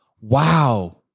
Wow